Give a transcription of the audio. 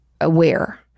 aware